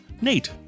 Nate